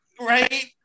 right